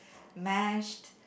mashed